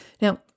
Now